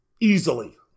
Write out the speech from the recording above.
Easily